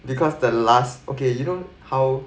because the last okay you know how